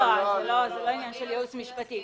זה לא עניין של ייעוץ משפטי.